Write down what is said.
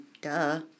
duh